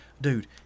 dude